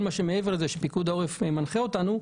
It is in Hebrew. כל מה שמעבר לזה שפיקוד העורף מנחה אותנו,